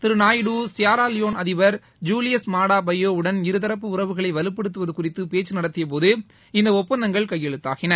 திரு Naidu Sierra Leone அதிபர் Julius Maada Bio வுடன் இருதரப்பு உறவுகளை வலுப்படுத்துவது குறித்து பேச்சு நடத்தியபோது இந்த ஒப்பந்தங்கள் கையெழுத்தாகின